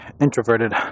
introverted